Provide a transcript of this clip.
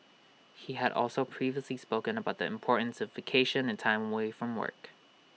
he had also previously spoken about the importance of vacation and time away from work